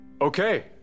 Okay